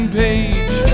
page